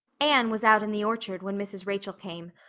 anne was out in the orchard when mrs. rachel came,